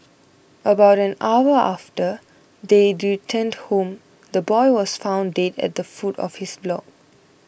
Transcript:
about an hour after they returned home the boy was found dead at the foot of his block